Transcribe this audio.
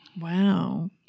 Wow